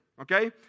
Okay